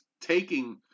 taking